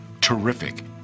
terrific